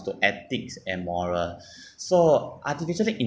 to ethics and moral so artificially